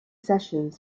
sessions